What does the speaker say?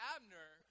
Abner